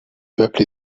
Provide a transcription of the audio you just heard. peuple